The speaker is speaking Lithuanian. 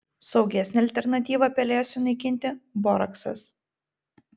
saugesnė alternatyva pelėsiui naikinti boraksas